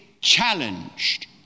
challenged